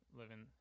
living